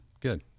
Good